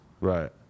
Right